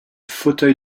fauteuil